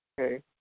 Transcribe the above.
Okay